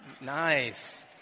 Nice